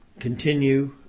continue